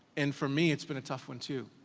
and for me, it's been a tough one too.